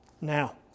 Now